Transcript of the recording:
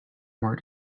more